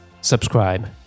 subscribe